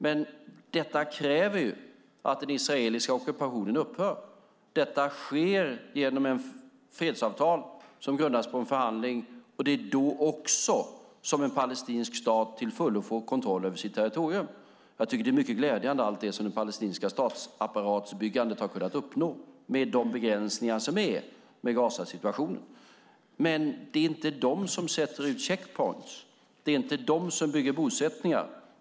Men detta kräver att den israeliska ockupationen upphör. Detta sker genom ett fredsavtal som grundas på en förhandling. Det är också då en palestinsk stat till fullo får kontroll över sitt territorium. Allt det som det palestinska statsapparatsbyggandet kunnat uppnå, med de begränsningar som finns med Gazasituationen, tycker jag är mycket glädjande. Men det är inte de som sätter ut checkpoints. Det är inte de som bygger bosättningar.